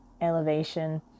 elevation